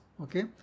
Okay